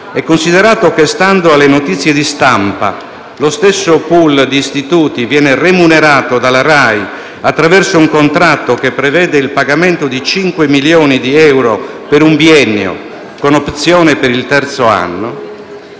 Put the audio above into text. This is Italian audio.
e considerato che - stando alle notizie di stampa - lo stesso *pool* di istituti viene remunerato dalla Rai attraverso un contratto che prevede il pagamento di 5 milioni di euro per un biennio, con opzione per il terzo anno,